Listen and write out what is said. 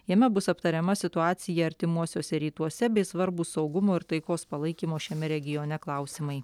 jame bus aptariama situacija artimuosiuose rytuose bei svarbūs saugumo ir taikos palaikymo šiame regione klausimai